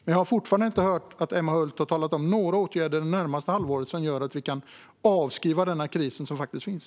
Jag har fortfarande inte hört Emma Hult tala om några åtgärder det närmaste halvåret som gör att vi kan avskriva denna kris, som faktiskt finns.